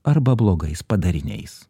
arba blogais padariniais